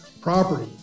property